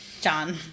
John